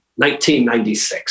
1996